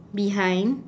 behind